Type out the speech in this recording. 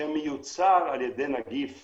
שמיוצר על ידי נגיף